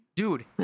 Dude